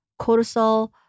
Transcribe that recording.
cortisol